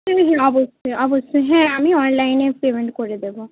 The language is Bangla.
হ্যাঁ হ্যাঁ অবশ্যই অবশ্যই হ্যাঁ আমি অনলাইনে পেমেন্ট করে দেব